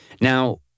Now